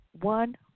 one